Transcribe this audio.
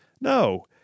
No